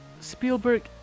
Spielberg